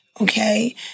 Okay